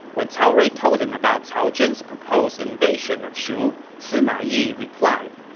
when cao rui told him about cao zhen's proposed invasion of shu, sima yi replied,